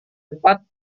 cepat